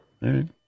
right